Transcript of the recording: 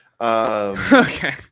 Okay